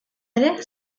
ere